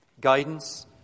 guidance